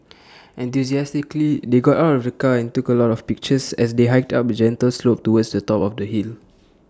enthusiastically they got out of the car and took A lot of pictures as they hiked up A gentle slope towards the top of the hill